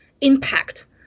impact